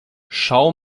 schau